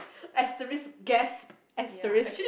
asterisk gasp asterisk